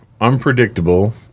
unpredictable